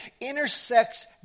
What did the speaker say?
intersects